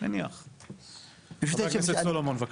חבר הכנסת סולומון, בבקשה.